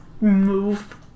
move